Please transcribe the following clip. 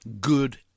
good